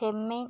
ചെമ്മീൻ